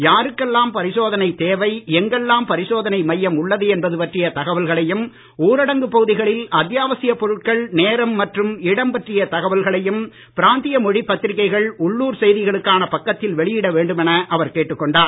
யாருக்கெல்லாம் பரிசோதனை தேவை எங்கெல்லாம் பரிசோதனை மையம் உள்ளது என்பது பற்றிய தகவல்களையும் ஊரடங்கு பகுதிகளில் அத்தியாவசியப் பொருட்கள் நேரம் மற்றும் இடம் பற்றிய தகவல்களையும் பிராந்திய மொழி பத்திரிக்கைகள் உள்ளுர் செய்திகளுக்கான பக்கத்தில் வெளியிட வேண்டும் என அவர் கேட்டுக் கொண்டார்